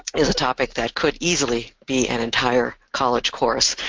is a topic that could easily be an entire college course.